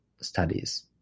studies